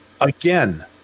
Again